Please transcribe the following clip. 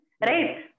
right